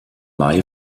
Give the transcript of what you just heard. mai